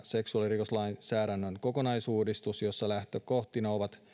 seksuaalirikoslainsäädännön kokonaisuudistus jossa lähtökohtina ovat